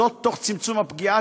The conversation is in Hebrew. תוך צמצום הפגיעה,